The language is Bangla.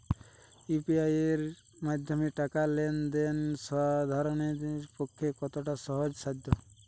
ইউ.পি.আই এর মাধ্যমে টাকা লেন দেন সাধারনদের পক্ষে কতটা সহজসাধ্য?